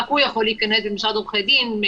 רק הוא יכול להיכנס משרד עורכי דין,